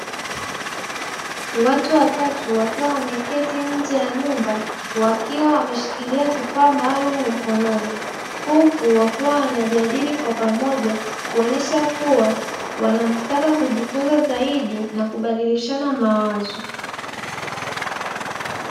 Watu watatu wakiwa wameketi nje ya nyumba, wakiwa wameshikilia kifaa maalumu mkononi, huku wakiwa wanajadili kwa pamoja kuonyesha kuwa wanataka kujifunza zaidi na kubadilishana mawazo.